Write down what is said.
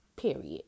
Period